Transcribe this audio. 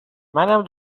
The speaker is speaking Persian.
منم